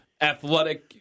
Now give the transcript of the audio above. athletic